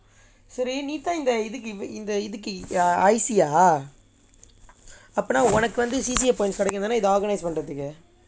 சரி நீ தான் இந்த இதுக்கு இந்த இதுக்கு:sari nee thaan intha ithukku intha ithukku I_C ah அப்போனா உனக்கு வந்து:apponaa unakku vanthu C_C_A points கிடைக்கும் இது:kidaikkum ithu organise பண்றதுக்கு:pandrathukku